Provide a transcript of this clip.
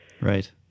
Right